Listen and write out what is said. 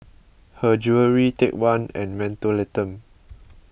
Her Jewellery Take one and Mentholatum